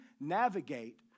navigate